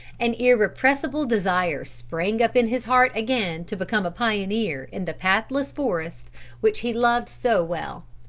an irrepressible desire sprang up in his heart again to become a pioneer in the pathless forest which he loved so well.